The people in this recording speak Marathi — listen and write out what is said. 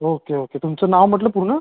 ओके ओके तुमचं नाव म्हटलं पूर्ण